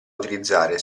utilizzare